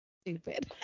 Stupid